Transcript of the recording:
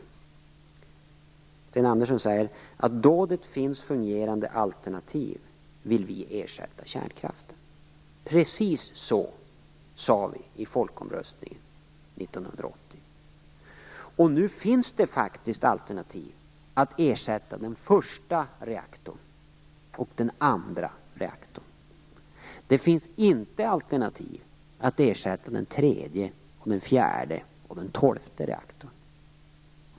Sten Andersson säger följande: Då det finns fungerande alternativ vill vi ersätta kärnkraften. Precis så sade vi i folkomröstningen 1980. Nu finns det faktiskt alternativ för att ersätta den första och den andra reaktorn. Det finns inte alternativ för att ersätta den tredje, den fjärde och den tolfte reaktorn.